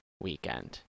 weekend